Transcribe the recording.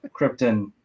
Krypton